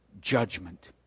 judgment